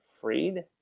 Freed